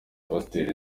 pasiteri